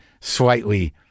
slightly